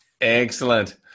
Excellent